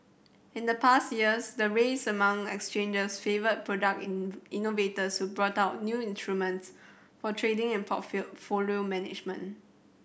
in the past years the race among exchanges favoured product in innovators who brought out new instruments for trading and management